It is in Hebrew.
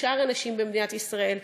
לשאר הנשים במדינת ישראל,